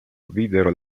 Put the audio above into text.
videro